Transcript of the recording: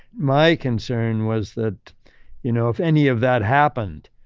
my concern was that you know if any of that happened,